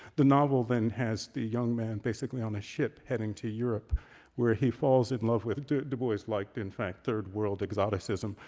the novel then has the young man basically on a ship heading to europe where he falls in love with dubois liked, in fact, third world exoticism.